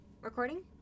Recording